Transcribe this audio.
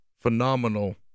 phenomenal